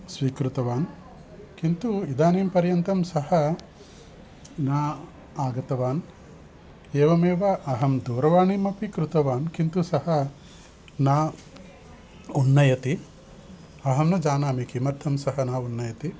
स्वीकृतवान् किन्तु इदानीं पर्यन्तं सः न आगतवान् एवमेव अहं दूरवाणीम् अपि कृतवान् किन्तु सः न उन्नयति अहं न जानामि किमर्थं सः न उन्नयति